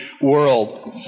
world